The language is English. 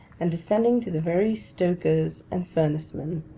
and descending to the very stokers and furnacemen,